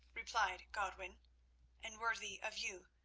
replied godwin and worthy of you,